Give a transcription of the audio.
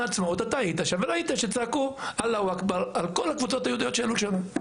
היית שם וראית שצעקו אללה הוא אכבר לכל הקבוצות היהודיות שעלו לשם.